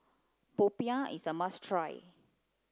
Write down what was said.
Popiah is a must try